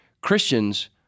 Christians